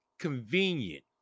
convenient